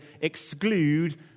exclude